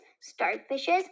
starfishes